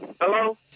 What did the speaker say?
Hello